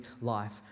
life